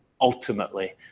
ultimately